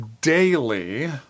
daily